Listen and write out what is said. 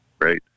Right